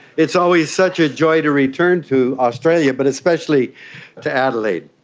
it's always such a joy to return to australia, but especially to adelaide.